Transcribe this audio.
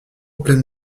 pleine